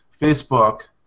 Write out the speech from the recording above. Facebook